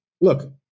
look